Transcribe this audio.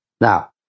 Now